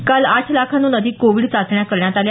काल आठ लाखांहन अधिक कोविड चाचण्या करण्यात आल्या